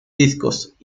discos